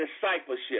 discipleship